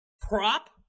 prop